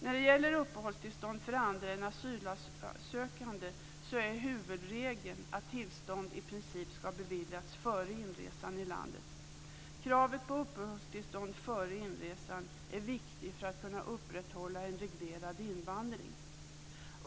När det gäller uppehållstillstånd för andra än asylsökande är huvudregeln att tillstånd i princip ska ha beviljats före inresan i landet. Kravet på uppehållstillstånd före inresan är viktigt för att kunna upprätthålla en reglerad invandring.